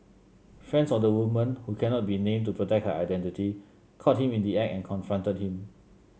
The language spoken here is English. friends of the woman who cannot be named to protect her identity caught him in the act and confronted him